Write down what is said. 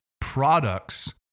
products